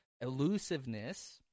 elusiveness